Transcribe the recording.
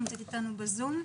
היא נמצאת אתנו ב-זום?